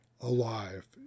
alive